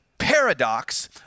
paradox